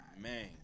man